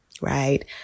right